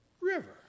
river